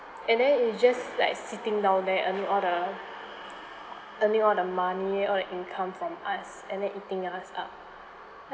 and then it's just like sitting down there earning all the earning all the money all the income from us and then eating us up